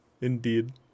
indeed